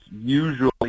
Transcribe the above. usually